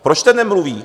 Proč ten nemluví?